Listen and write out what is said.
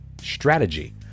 strategy